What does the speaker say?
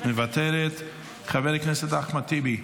מוותרת, חבר הכנסת אחמד טיבי,